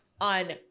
on